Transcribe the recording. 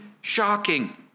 shocking